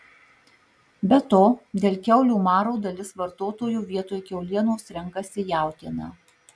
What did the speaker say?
be to dėl kiaulių maro dalis vartotojų vietoj kiaulienos renkasi jautieną